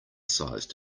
size